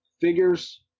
figures